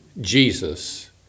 Jesus